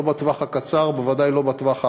לא בטווח הקצר ובוודאי לא בטווח הארוך.